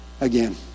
again